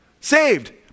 Saved